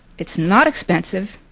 it's not expensive.